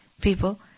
people